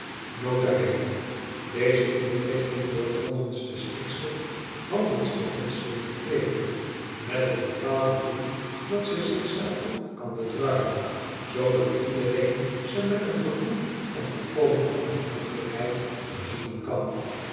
deze inrichting wordt volgens de striktste handelsbeginselen gedreven met het bepaalde doel dat ze zich zelve kan bedruipen zoodat iedereen ze met een gevoel van volkomen onafhankelijkheid bezoeken kan